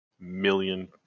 million